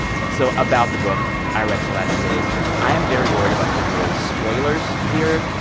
so about the book i read it the last few days i am very worried about giving away spoilers here.